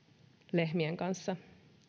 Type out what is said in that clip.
lehmien kanssa